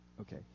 Okay